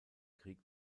krieg